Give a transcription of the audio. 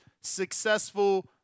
successful